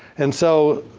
and so,